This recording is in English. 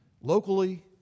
locally